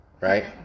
right